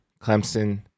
Clemson